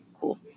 cool